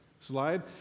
slide